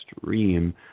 stream